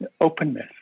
openness